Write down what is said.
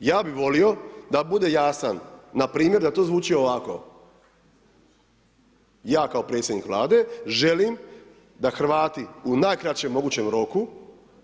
Ja bih volio da bude jasan, npr. da to zvuči ovako, ja kao predsjednik Vlade želim da Hrvati u najkraćem mogućem roku